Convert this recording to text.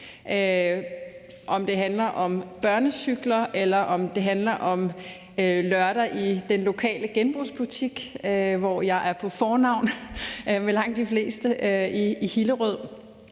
det handler om børnecykler, eller det er lørdag i den lokale genbrugsbutik, hvor jeg er på fornavn med langt de fleste i Hillerød,